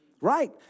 Right